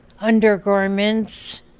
undergarments